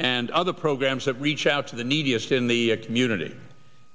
and other programs that reach out to the neediest in the community